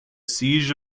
siege